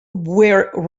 were